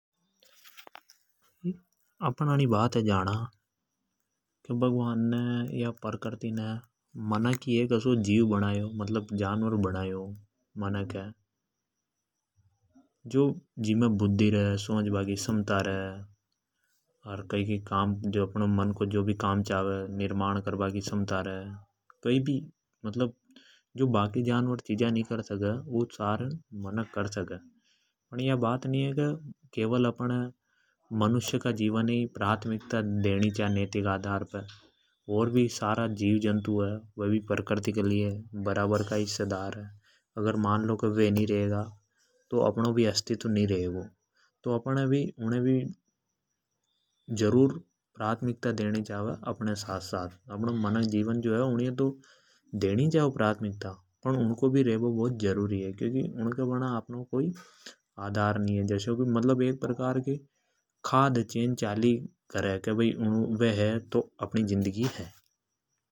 अपण अन बात अ जाणा की भगवान ने मनख ह एक असो जीव बनायो। जिमे सोचबा की क्षमता रे, बुद्धि रे, उ कई को भी निर्माण कर सके। जो बाकी जानवर नि कर सके वा चिज मनख कर सके। फण या बात नि है की अपण है मनख है ही ज्यादा प्राथमिकता देनी चा नैतिक आधार पे। और भी सारा ही जीव जंतु है वे भी बराबर का हिस्सेदार है। अपने मनख जीवन के साथ उन भी प्रथमिकता देनी चा। क्योंकि उनके बना अपनो कई आधार नि है। अस्तित्व नि है। जस्या की एक खाध चैन चाली करे की वे है तो अपण है।